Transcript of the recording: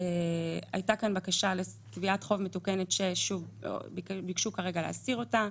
הייתה בקשה לתביעת חוב מתוקנת וביקשו להסיר אותה.